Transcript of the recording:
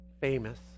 famous